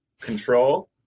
control